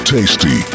Tasty